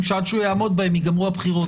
שעד שהוא יעמוד בהם ייגמרו הבחירות.